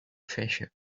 treasure